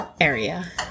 area